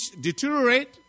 deteriorate